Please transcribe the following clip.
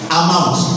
amount